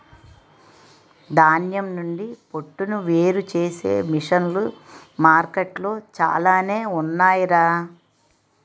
ధాన్యం నుండి పొట్టును వేరుచేసే మిసన్లు మార్కెట్లో చాలానే ఉన్నాయ్ రా